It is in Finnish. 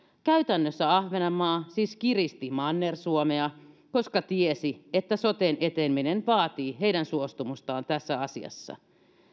käytännössä ahvenanmaa siis kiristi manner suomea koska tiesi että soten eteneminen vaatii heidän suostumustaan tässä asiassa